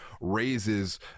raises